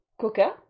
coca